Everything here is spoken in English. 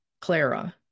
Clara